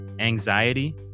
anxiety